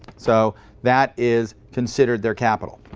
so that is considered their capital.